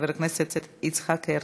חבר הכנסת יצחק הרצוג,